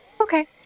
Okay